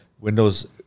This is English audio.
Windows